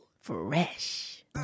Fresh